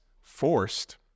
forced